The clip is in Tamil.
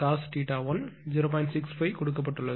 65 கொடுக்கப்பட்டுள்ளது